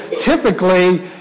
typically